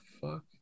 fuck